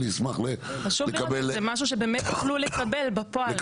חשוב שזה משהו שבאמת תוכלו לקבל בפועל.